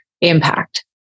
impact